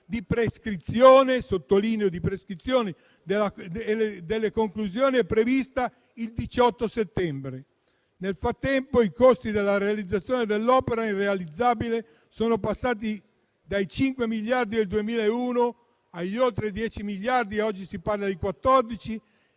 di prescrizione - sottolineo di prescrizione - delle conclusioni è prevista il 18 settembre. Nel frattempo i costi della realizzazione dell'opera irrealizzabile sono passati dai 5 miliardi del 2001 a oltre 10 miliardi; oggi si parla di 14